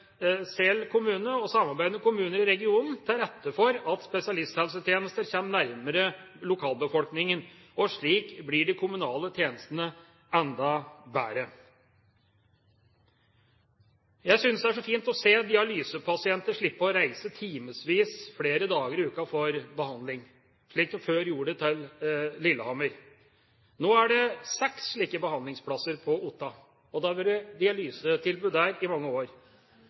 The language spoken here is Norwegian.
Sel kommune og samarbeidende kommuner i regionen til rette for at spesialisthelsetjenester kommer nærmere lokalbefolkningen, og slik blir de kommunale tjenestene enda bedre. Jeg synes det er så fint å se dialysepasienter slippe å reise timevis flere dager i uka for behandling, slik de før gjorde til Lillehammer. Nå er det seks slike behandlingsplasser på Otta, og det har vært dialysetilbud der i mange år.